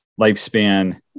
lifespan